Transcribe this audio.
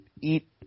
eat